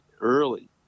early